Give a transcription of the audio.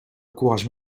courage